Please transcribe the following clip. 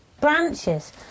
branches